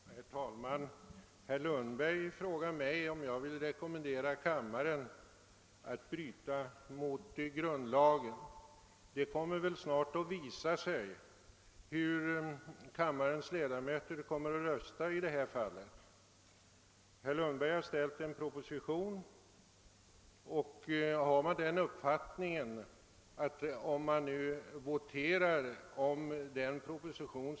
Herr talman! Herr Lundberg frågar om jag vill rekommendera kammaren att bryta mot grundlagen. Det kommer väl snart att visa sig hur kammarens ledamöter röstar i detta fall. Vi skall nu votera om den proposition som Kungl. Maj:t lagt fram och om det utskottsutlåtande som blivit en följd av denna proposition.